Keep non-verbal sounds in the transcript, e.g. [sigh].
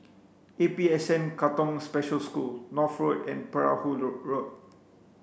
A P S N Katong Special School North food and Perahu [unintelligible] Road